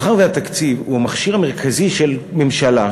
מאחר שהתקציב הוא המכשיר המרכזי של ממשלה,